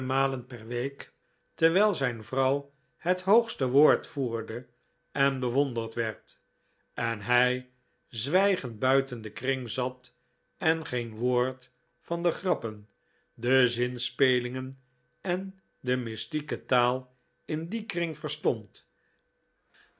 per week terwijl zijn vrouw het hoogste woord voerde en bewonderd werd en hij zwijgend buiten den kring zat en geen woord van de grappen de zinspelingen en de mystieke taal in dien kring verstond